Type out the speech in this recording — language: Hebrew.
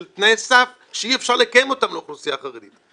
תנאי סף שאי אפשר לקיים אותם לאוכלוסייה החרדית.